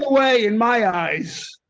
way in my eyes.